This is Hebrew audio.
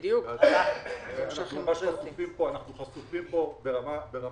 אנחנו חשופים פה ברמה קיצונית.